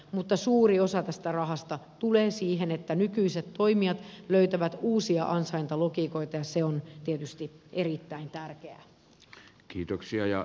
mutta suuri osa tästä rahasta tulee siihen että nykyiset toimijat löytävät uusia ansaintalogiikoita ja se on tietysti erittäin tärkeää